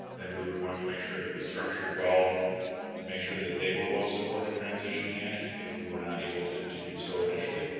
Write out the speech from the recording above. then we would want to make sure that we structured well to make sure that they were well supported transitioning in if if we were not able to to do so initially.